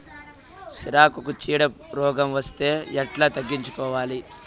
సిరాకుకు చీడ రోగం వస్తే ఎట్లా తగ్గించుకోవాలి?